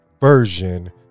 version